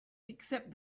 except